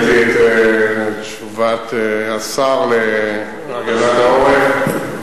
הבאתי את תשובת השר להגנת העורף.